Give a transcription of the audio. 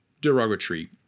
derogatory